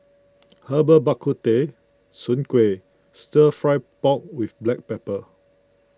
Herbal Bak Ku Teh Soon Kway Stir Fry Pork with Black Pepper